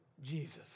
Jesus